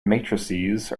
matrices